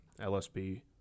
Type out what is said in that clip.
LSB